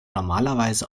normalerweise